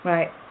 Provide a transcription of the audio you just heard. Right